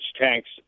tanks